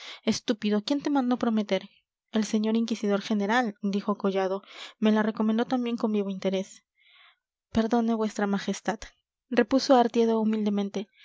estúpido quién te mandó prometer el señor inquisidor general dijo collado me la recomendó también con vivo interés perdone vuestra majestad repuso artieda humildemente